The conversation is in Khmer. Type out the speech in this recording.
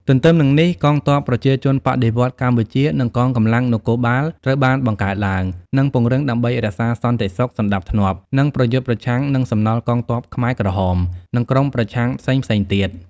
ទទ្ទឹមនឹងនេះ កងទ័ពប្រជាជនបដិវត្តន៍កម្ពុជា និងកងកម្លាំងនគរបាលត្រូវបានបង្កើតឡើង និងពង្រឹង ដើម្បីរក្សាសន្តិសុខ សណ្ដាប់ធ្នាប់ និងប្រយុទ្ធប្រឆាំងនឹងសំណល់កងទ័ពខ្មែរក្រហម និងក្រុមប្រឆាំងផ្សេងៗទៀត។